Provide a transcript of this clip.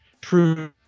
true